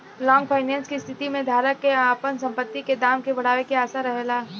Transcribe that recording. long finance के स्थिति में धारक के आपन संपत्ति के दाम के बढ़ावे के आशा रहेला